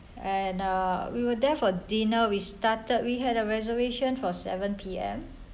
and uh we were there for dinner we started we had a reservation for seven P_M